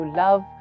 love